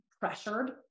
pressured